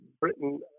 britain